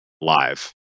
live